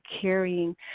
carrying